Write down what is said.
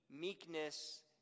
meekness